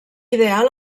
ideal